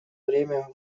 время